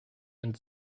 and